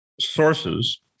sources